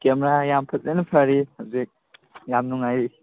camera ꯌꯥꯝ ꯐꯖꯅ ꯐꯔꯤ ꯍꯧꯖꯤꯛ ꯌꯥꯝ ꯅꯨꯡꯉꯥꯏꯔꯤ